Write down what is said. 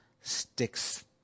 sticks